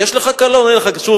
יש לך קלון או אין לך קלון.